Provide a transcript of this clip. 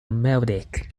melodic